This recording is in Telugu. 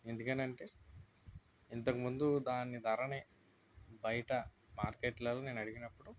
ఎందుకంటే ఇంతకుముందు దాని ధరని బయట మార్కెట్లలో నేను అడిగినప్పుడు